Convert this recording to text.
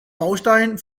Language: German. baustein